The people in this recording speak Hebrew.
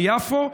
ביפו?